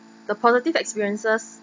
the positive experiences